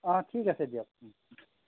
অ' ঠিক আছে দিয়ক